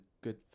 good